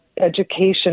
education